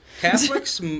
Catholics